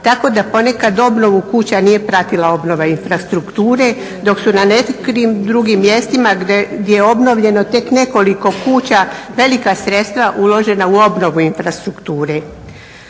tako da poneka obnovu kuća nije pratila obnova infrastrukture dok su na nekim drugim mjestima gdje je obnovljeno tek nekoliko kuća velika sredstva uložena u obnovu infrastrukture.